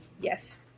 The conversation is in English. yes